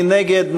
מי נגד?